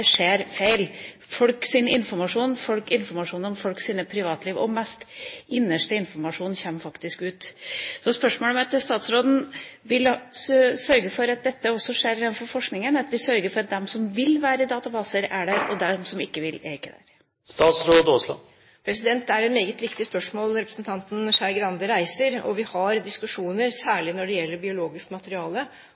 Informasjon om folks privatliv og det aller innerste kommer faktisk ut. Spørsmålet mitt til statsråden er: Vil hun sørge for at dette også skjer innenfor forskninga, at vi sørger for at de som vil være i databaser, er det, og at de som ikke vil, ikke er det? Det er et meget viktig spørsmål representanten Skei Grande reiser. Vi har diskusjoner, særlig når det gjelder biologisk materiale